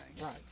right